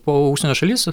po užsienio šalis